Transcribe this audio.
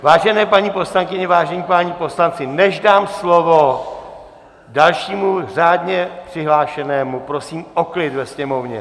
Vážené paní poslankyně, vážení páni poslanci, než dám slovo dalšímu řádně přihlášenému, prosím o klid ve sněmovně.